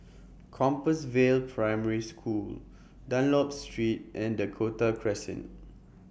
Compassvale Primary School Dunlop Street and Dakota Crescent